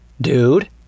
dude